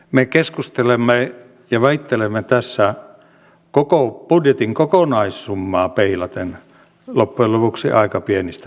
me keskustelemme ja väittelemme tässä koko budjetin kokonaissummaa peilaten loppujen lopuksi aika pienistä summista